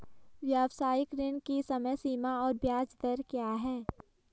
व्यावसायिक ऋण की समय सीमा और ब्याज दर क्या है?